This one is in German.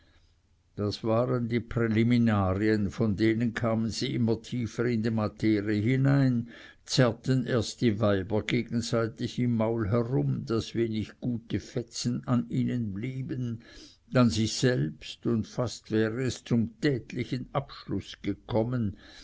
das waren die präliminarien von denen kamen sie immer tiefer in die materie hinein zerrten erst die weiber gegenseitig im maul herum daß wenig gute fetzen an ihnen blieben dann sich selbst und fast wäre es zum tätlichen abschluß gekommen